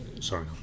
Sorry